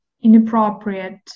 inappropriate